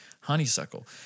honeysuckle